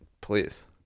Please